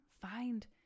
find